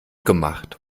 gemacht